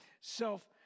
self